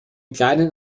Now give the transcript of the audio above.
kleinen